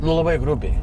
nu labai grubiai